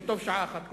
וטובה שעה אחת קודם,